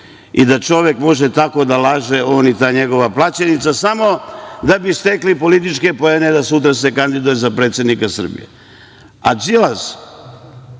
i da čovek može tako da laže, on i ta njegova plaćenica samo da bi stekli političke poene da se sutra kandiduje za predsednika Srbije. Đilas,